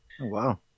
Wow